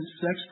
sex